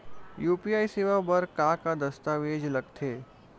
UPI सेवा बर का का दस्तावेज लगथे?